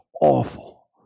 awful